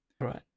Right